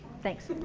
thanks